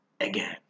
again